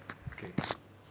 okay